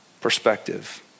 perspective